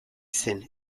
zen